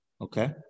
Okay